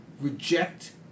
reject